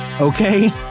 okay